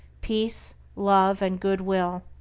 peace, love, and good-will.